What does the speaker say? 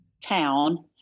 town